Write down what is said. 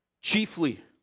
chiefly